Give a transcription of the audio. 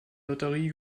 lotterie